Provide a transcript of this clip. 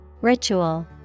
Ritual